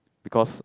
because